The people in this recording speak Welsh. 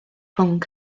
rhwng